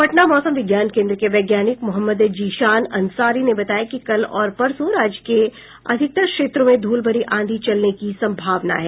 पटना मौसम विज्ञान केन्द्र के वैज्ञानिक मोहम्मद जीशान अंसारी ने बताया कि कल और परसों राज्य के अधिकतर क्षेत्रों में धूलभरी आंधी चलने की सम्भावना है